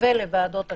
ולוועדות השחרורים.